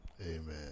amen